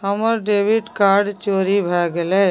हमर debit card चोरी भगेलै